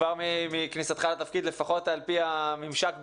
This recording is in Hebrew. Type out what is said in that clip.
כבר מכניסתך לתפקיד, לפחות על פי הממשק בינינו,